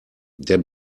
der